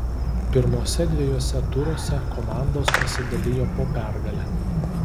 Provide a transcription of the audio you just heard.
pirmuose dviejuose turuose komandos pasidalijo po pergalę